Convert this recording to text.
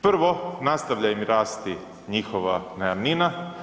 Prvo, nastavlja im rasti njihova najamnina.